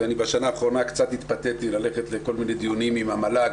ובשנה האחרונה קצת התפתיתי ללכת לכל מיני דיונים עם המל"ג